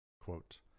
Quote